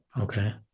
okay